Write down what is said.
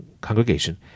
congregation